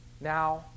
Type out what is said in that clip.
now